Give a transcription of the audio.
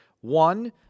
One